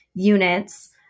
Units